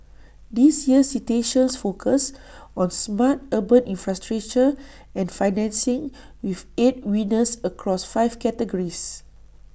this year's citations focus on smart urban infrastructure and financing with eight winners across five categories